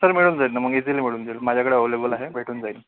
sir मिळून जाईल ना मग इझिली मिळून जाईल माझ्याकडे अव्हेलेबल आहे भेटून जाईल